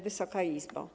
Wysoka Izbo!